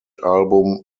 album